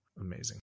Amazing